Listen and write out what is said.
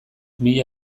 mila